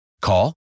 Call